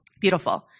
Beautiful